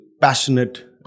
passionate